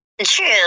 True